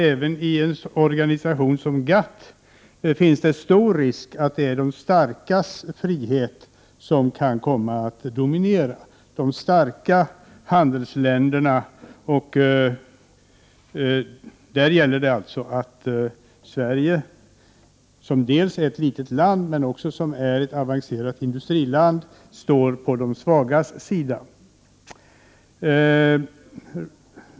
Även i en organisation som GATT finns det stor risk för att det är de starka handelsländernas frihet som kan komma att dominera. Då gäller det att Sverige, som är ett litet land men också ett avancerat industriland, står på de svagas sida.